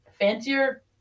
fancier